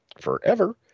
forever